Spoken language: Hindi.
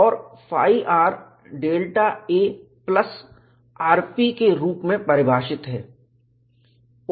और φ R Δ a plus r p के रूप में परिभाषित है